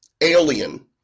Alien